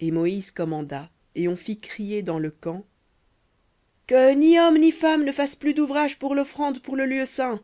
et moïse commanda et on fit crier dans le camp que ni homme ni femme ne fasse plus d'ouvrage pour l'offrande pour le lieu saint